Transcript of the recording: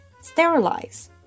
sterilize